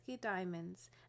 diamonds